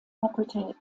fakultät